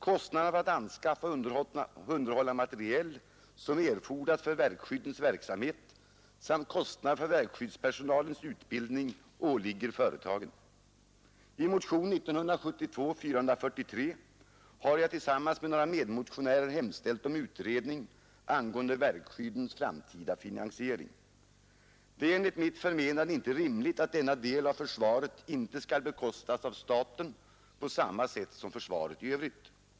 Kostnaderna för att anskaffa och underhålla materiel, som erfordras för verkskyddens verksamhet, samt kostnaderna för verkskyddspersonalens utbildning åligger företagen. I motionen 443 år 1972 har jag tillsammans med några medmotionärer hemställt om utredning angående verkskyddens framtida finansiering. Det är enligt mitt förmenande inte rimligt att denna del av försvaret inte skall bekostas av staten på samma sätt som försvaret i övrigt.